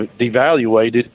devaluated